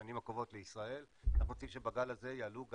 בשנים הקרובות לישראל ואנחנו רוצים שבגל הזה יעלו,